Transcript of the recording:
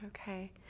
Okay